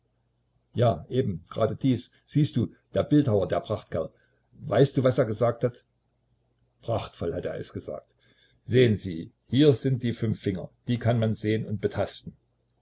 ja eben grade dies siehst du der bildhauer der prachtkerl weißt du was er gesagt hat prachtvoll hat er es gesagt sehen sie hier sind die fünf finger die kann man sehen und betasten